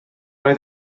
oedd